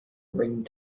ring